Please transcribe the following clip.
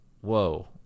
whoa